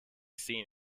seen